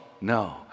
No